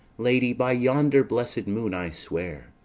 lady, by yonder blessed moon i swear,